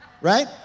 Right